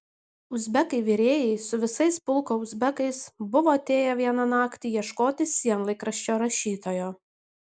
uzbekai virėjai su visais pulko uzbekais buvo atėję vieną naktį ieškoti sienlaikraščio rašytojo